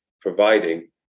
providing